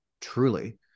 truly